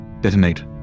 detonate